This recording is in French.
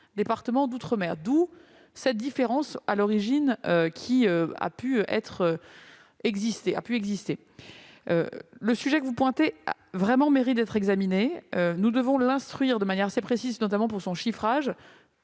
départements d'outre-mer. D'où cette différence qui a pu exister à l'origine. Le sujet que vous pointez mérite vraiment d'être examiné. Nous devons l'instruire de manière assez précise, notamment pour son chiffrage,